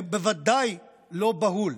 היא בוודאי לא בהולה.